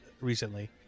recently